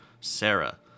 sarah